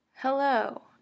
Hello